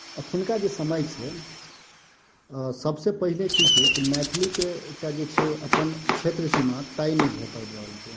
एखुनका जे समय छै सभसँ पहिने की छै कि मैथिलीके जे एकटा छै जे अपन क्षेत्र सीमा तय नहि भऽ पाबि रहल छै